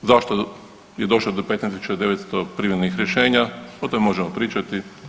Zašto je došlo do 15.900 privremenih rješenja o tome možemo pričati.